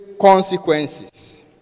consequences